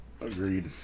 Agreed